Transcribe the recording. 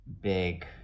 big